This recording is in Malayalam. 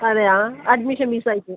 അതെയാ അഡ്മിഷൻ ഫീസ് ആയിട്ട്